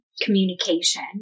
communication